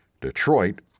Detroit